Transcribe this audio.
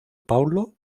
paulo